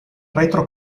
retro